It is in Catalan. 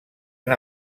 una